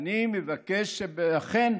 ואני מבקש שאכן